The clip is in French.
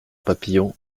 papillon